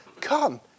come